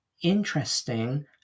interesting